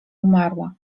umarła